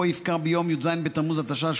תוקפו יפקע ביום י"ז בתמוז התשע"ח,